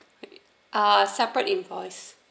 uh separate invoice